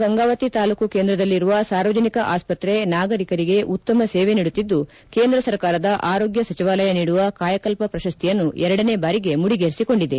ಕೊಪ್ಪಳ ಜಿಲ್ಲೆಯ ಗಂಗಾವತಿ ತಾಲೂಕು ಕೇಂದ್ರದಲ್ಲಿರುವ ಸಾರ್ವಜನಿಕ ಆಸ್ಪತ್ರೆ ನಾಗರೀಕರಿಗೆ ಉತ್ತಮ ಸೇವೆ ನೀಡುತ್ತಿದ್ದು ಕೇಂದ್ರ ಸರ್ಕಾರದ ಆರೋಗ್ಯ ಸಚಿವಾಲಯ ನೀಡುವ ಕಾಯಕಲ್ಪ ಪ್ರಶಸ್ತಿಯನ್ನು ಎರಡನೇ ಬಾರಿಗೆ ಮುಡಿಗೇರಿಸಿಕೊಂಡಿದೆ